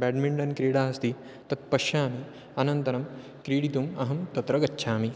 badminton क्रीडा अस्ति तत् पश्यामि अनन्तरं क्रीडितुम् अहं तत्र गच्छामि